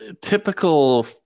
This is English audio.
Typical